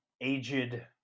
aged